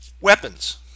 weapons